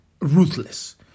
ruthless